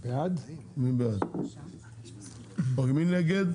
מי נגד?